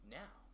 now